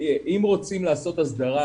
אם רוצים לעשות הסדרה,